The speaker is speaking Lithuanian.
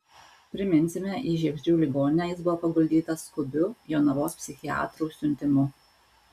priminsime į žiegždrių ligoninę jis buvo paguldytas skubiu jonavos psichiatrų siuntimu